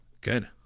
Good